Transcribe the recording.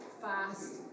fast